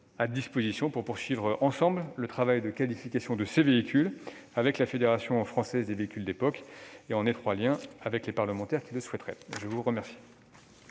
à disposition pour poursuivre le travail de qualification de ces véhicules avec la Fédération française des véhicules d'époque, et en lien étroit avec les parlementaires qui le souhaiteraient. La parole